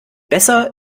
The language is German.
besser